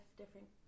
different